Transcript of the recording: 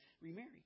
remarry